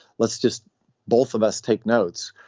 let's just both of us take notes.